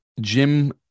Jim